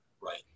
Right